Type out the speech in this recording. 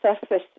surface